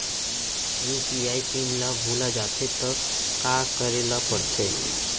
UPI pin ल भुला जाथे त का करे ल पढ़थे?